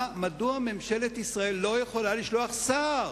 מדוע ממשלת ישראל לא יכולה לשלוח שר?